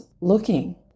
looking